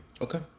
Okay